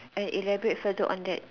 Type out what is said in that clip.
and elaborate further on that